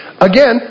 Again